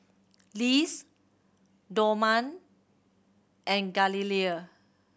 Liz Dorman and Galilea